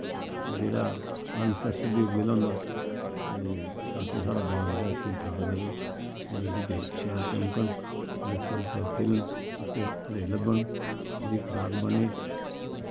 जेह्ड़ा अननसैसरी उग्गे दा होंदा ते बाकी जेह्ड़ा बाग साढ़ा जेह्ड़ा ठीक ठाक रवै ते बूह्टे शैल चमकन फुल्ल शैल खिलन पत्ते हरे लब्भन उंदी खराक बने